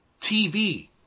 TV